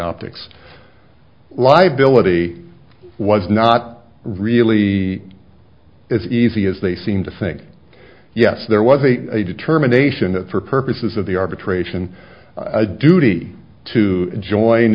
optics liability was not really as easy as they seem to think yes there was a determination that for purposes of the arbitration a duty to join